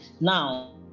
Now